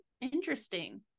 interesting